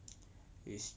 is